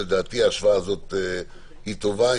לדעתי ההשוואה הזאת היא טובה,